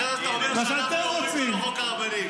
אחרי זה אתה אומר שאנחנו אומרים "חוק הרבנים".